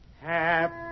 Happy